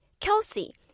Kelsey